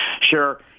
Sure